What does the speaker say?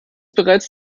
bereits